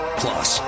plus